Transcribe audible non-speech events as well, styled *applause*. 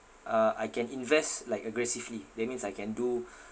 uh I can invest like aggressively that means I can do *breath*